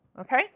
Okay